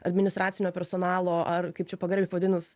administracinio personalo ar kaip čia pagarbiai pavadinus